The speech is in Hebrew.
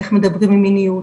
איך מדברים מיניות,